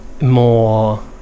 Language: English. more